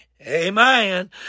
Amen